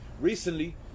recently